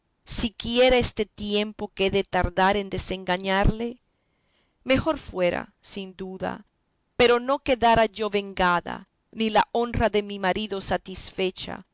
mala siquiera este tiempo que he de tardar en desengañarle mejor fuera sin duda pero no quedara yo vengada ni la honra de mi marido satisfecha